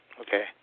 Okay